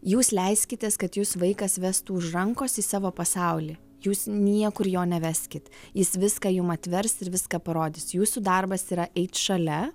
jūs leiskitės kad jus vaikas vestų už rankos į savo pasaulį jūs niekur jo neveskit jis viską jum atvers ir viską parodys jūsų darbas yra eit šalia